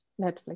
Netflix